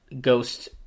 ghost